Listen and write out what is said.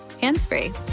hands-free